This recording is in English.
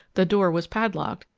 the door was padlocked,